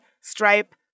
Stripe